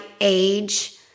age